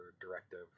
directive